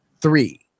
three